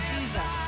Jesus